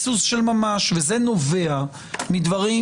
שפי פז שאתמול ישבה כאן קיבלה זכות דיבור,